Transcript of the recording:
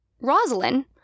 Rosalind